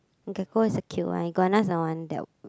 gecko is the cute one iguana is the one that